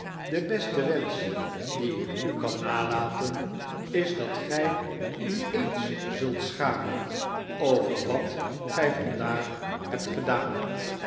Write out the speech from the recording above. de beste wensch dien ik u kan nalaten is dat gij u eens zult schamen over wat gij vandaag hebt gedaan